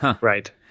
Right